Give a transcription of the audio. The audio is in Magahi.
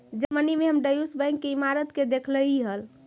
जर्मनी में हम ड्यूश बैंक के इमारत के देखलीअई हल